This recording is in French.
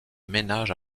ménage